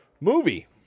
movie